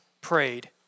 prayed